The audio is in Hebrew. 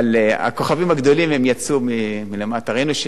ראינו שלאמא של מֶסי אפילו לא היה כסף לתת לו זריקה.